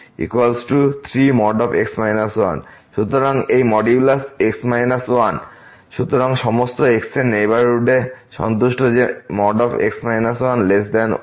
সুতরাং এই modulus x 1 সুতরাংসমস্ত x এই নেইবারহুড এ সন্তুষ্ট যে x 1